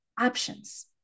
options